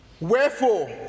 wherefore